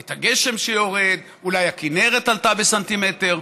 את הגשם שיורד ואולי הכינרת עלתה בסנטימטר,